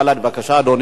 בבקשה, אדוני,